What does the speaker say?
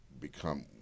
become